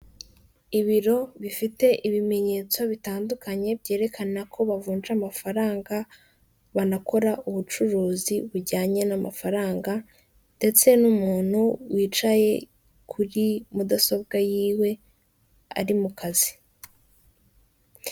Ibiro bifite ibimenyetso bitandukanye byerekana ko bavunja amafaranga, banakora ubucuruzi bujyanye n'amafaranga, ndetse n'umuntu wicaye kuri mudasobwa yiwe, ari mu kazi.